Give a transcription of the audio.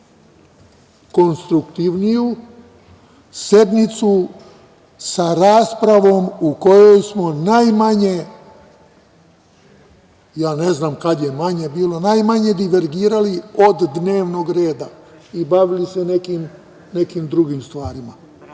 konstruktivniju, sednicu sa raspravom u kojoj smo najmanje, ja ne znam kad je manje bilo, najmanje divergirali od dnevnog reda i bavili se nekim drugim stvarima.